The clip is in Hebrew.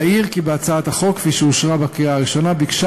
אעיר כי בהצעת החוק שאושרה בקריאה ראשונה ביקשה